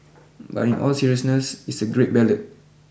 but in all seriousness it's a great ballad